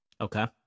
Okay